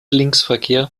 linksverkehr